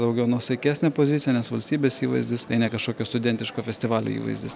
daugiau nuosaikesnę poziciją nes valstybės įvaizdis tai ne kažkokio studentiško festivalio įvaizdis